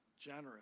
generous